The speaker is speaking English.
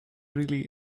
really